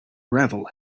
gravel